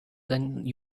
than